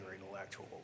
intellectual